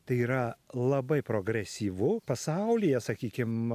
tai yra labai progresyvu pasaulyje sakykim